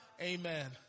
Amen